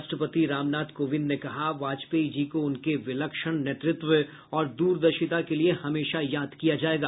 राष्ट्रपति रामनाथ कोविंद ने कहा वाजपेयी ँजी को उनके विलक्षण नेतृत्व और द्रदर्शिता के लिये हमेशा याद किया जायेगा